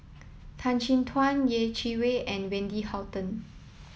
Tan Chin Tuan Yeh Chi Wei and Wendy Hutton